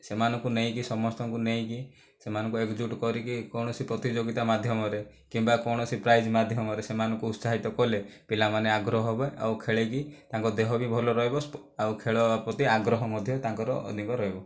ସେମାନଙ୍କୁ ନେଇକି ସମସ୍ତଙ୍କୁ ନେଇକି ସେମାନଙ୍କୁ ଏକଜୁଟ କରିକି କୌଣସି ପ୍ରତିଯୋଗିତା ମାଧ୍ୟମରେ କିମ୍ବା କୌଣସି ପ୍ରାଇଜ ମାଧ୍ୟମରେ ସେମାନଙ୍କୁ ଉତ୍ସାହିତ କଲେ ପିଲାମାନେ ଆଗ୍ରହ ହେବେ ଆଉ ଖେଳିକି ତାଙ୍କ ଦେହ ବି ଭଲ ରହିବ ଆଉ ଖେଳ ପ୍ରତି ଆଗ୍ରହ ମଧ୍ୟ ତାଙ୍କର ଅଧିକ ରହିବ